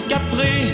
Capri